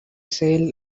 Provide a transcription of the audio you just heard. sail